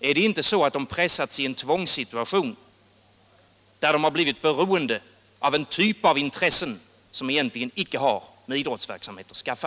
Är det inte så att de pressas in i en tvångssituation, där de blivit beroende av en typ av intressen som egentligen inte har med idrottsverksamhet att skaffa?